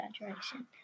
exaggeration